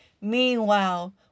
Meanwhile